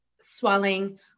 swelling